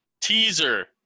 teaser